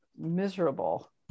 miserable